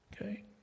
Okay